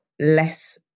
less